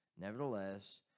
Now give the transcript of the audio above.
Nevertheless